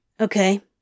Okay